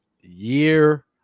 year